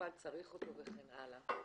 שהמטופל צריך אותו וכן הלאה.